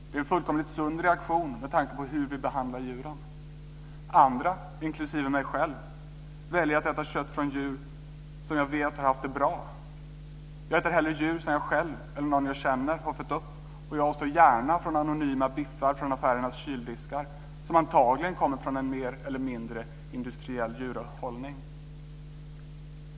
Det är en fullkomligt sund reaktion med tanke på hur vi behandlar djuren. Andra, inklusive jag själv, väljer att äta kött från djur som man vet har haft det bra. Jag äter hellre kött av djur som jag själv eller någon som jag känner har fött upp, och jag avstår gärna från anonyma biffar från affärernas kyldiskar, som antagligen kommer från en mer eller mindre industriell djurhållning.